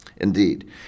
Indeed